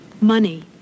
Money